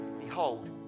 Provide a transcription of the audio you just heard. Behold